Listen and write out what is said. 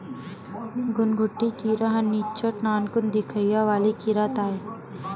घुनघुटी कीरा ह निच्चट नानकुन दिखइया वाले कीरा ताय